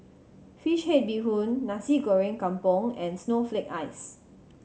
fish head bee hoon Nasi Goreng Kampung and snowflake ice